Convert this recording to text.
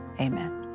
amen